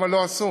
למה לא עשו?